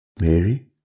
Mary